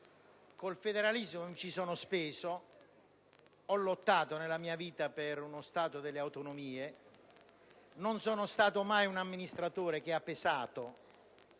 il federalismo mi sono speso, ho lottato nella mia vita per uno Stato delle autonomie, non sono mai stato un amministratore che ha pesato